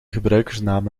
gebruikersnaam